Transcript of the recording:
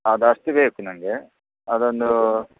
ಅದಷ್ಟು ಬೇಕು ನಂಗೆ ಅದೊಂದು